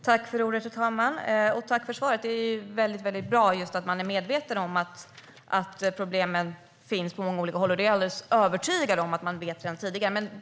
Herr talman! Jag tackar Annelie Karlsson för svaret. Det är väldigt bra att man är medveten om att problemen finns på många olika håll. Det är jag också alldeles övertygad om att man vet sedan tidigare.